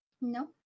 No